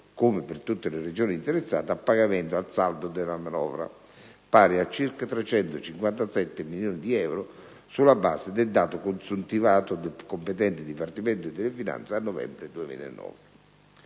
come per tutte le Regioni interessate, al pagamento del saldo della manovra, pari a circa 357 milioni di euro sulla base del dato consuntivato dal competente Dipartimento delle finanze a novembre 2009.